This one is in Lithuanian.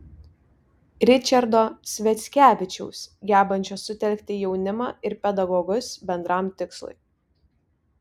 ričardo sviackevičiaus gebančio sutelkti jaunimą ir pedagogus bendram tikslui